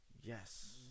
yes